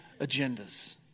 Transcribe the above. agendas